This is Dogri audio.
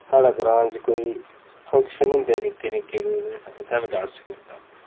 साढ़े ग्रां च कोई फंक्शन होंदे निक्के निक्के कोई तां उत्थै बी डांस करदा अ'ऊं